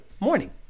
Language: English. morning